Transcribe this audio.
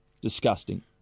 Disgusting